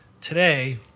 today